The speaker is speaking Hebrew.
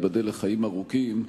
ייבדל לחיים ארוכים,